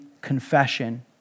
confession